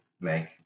make